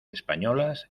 españolas